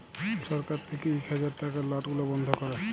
ছরকার থ্যাইকে ইক হাজার টাকার লট গুলা বল্ধ ক্যরে